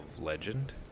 legend